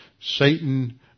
Satan